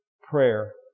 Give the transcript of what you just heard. prayer